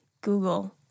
Google